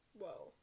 Whoa